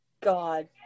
God